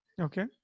okay